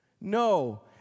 No